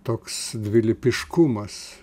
toks dvilypiškumas